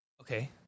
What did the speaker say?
Okay